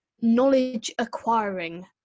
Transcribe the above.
knowledge-acquiring